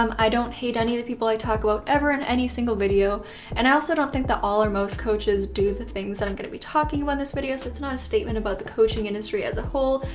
um i don't hate any of the people i talk about ever in any single video and i also don't think that all or most coaches do the things that i'm going to be talking about in this video so it's not a statement about the coaching industry as a whole,